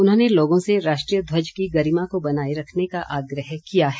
उन्होंने लोगों से राष्ट्रीय ध्वज की गरिमा को बनाए रखने का आग्रह किया है